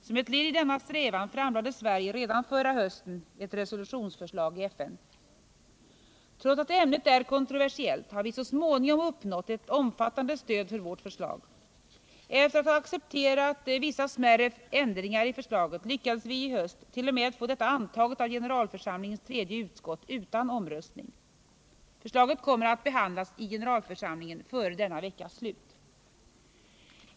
Som ett led i denna strävan framlade Sverige redan förra hösten ett resolutionsförslag i FN. Trots att ämnet är kontroversiellt har vi så småningom uppnått ett omfattande stöd för vårt förslag. Efter att ha accepterat vissa smärre ändringar i förslaget lyckades vi i höst t.o.m. få detta antaget av generalförsamlingens tredje utskott utan omröstning. Förslaget kommer att behandlas i generalförsamlingen före denna veckas slut.